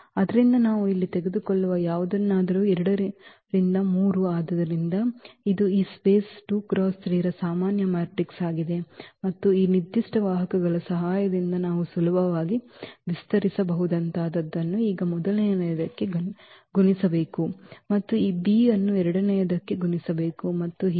ಆದ್ದರಿಂದ ನಾವು ಇಲ್ಲಿ ತೆಗೆದುಕೊಳ್ಳುವ ಯಾವುದನ್ನಾದರೂ 2 ರಿಂದ 3 ಆದ್ದರಿಂದ ಇದು ಈ ಸ್ಪೇಸ್ 2 × 3 ರ ಸಾಮಾನ್ಯ ಮ್ಯಾಟ್ರಿಕ್ಸ್ ಆಗಿದೆ ಮತ್ತು ಈ ನಿರ್ದಿಷ್ಟ ವಾಹಕಗಳ ಸಹಾಯದಿಂದ ನಾವು ಸುಲಭವಾಗಿ ವಿಸ್ತರಿಸಬಹುದಾದಂತಹದನ್ನು ಈಗ ಮೊದಲನೆಯದಕ್ಕೆ ಗುಣಿಸಬೇಕು ಮತ್ತು ಈ b ಅನ್ನು ಎರಡನೆಯದಕ್ಕೆ ಗುಣಿಸಬೇಕು ಮತ್ತು ಹೀಗೆ